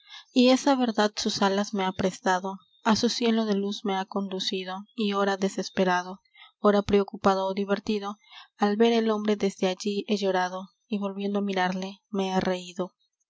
y esa verdad sus alas me ha prestado á su cielo de luz me ha conducido y ora desesperado ora preocupado ó divertido al ver el hombre desde allí he llorado y volviendo á mirarle me he reido